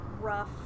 rough